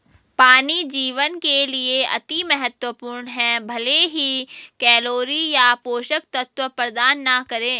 पानी जीवन के लिए अति महत्वपूर्ण है भले ही कैलोरी या पोषक तत्व प्रदान न करे